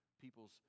people's